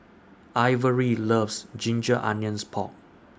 Ivory loves Ginger Onions Pork